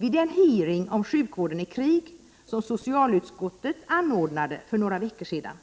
Vid den utfrågning om sjukvård i krig som socialutskottet anordnade för några veckor sedan